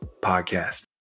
podcast